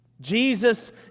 Jesus